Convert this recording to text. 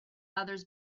others